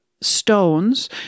stones